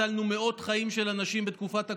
הצלנו חיים של מאות אנשים בתקופת הקורונה,